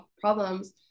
problems